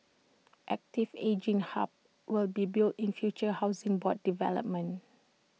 active ageing hubs will be built in future Housing Board developments